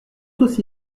aussi